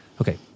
Okay